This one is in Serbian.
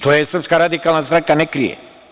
To Srpska radikalna stranka ne krije.